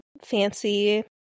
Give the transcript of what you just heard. fancy